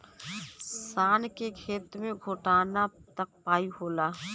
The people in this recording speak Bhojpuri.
शान के खेत मे घोटना तक पाई होला